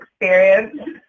experience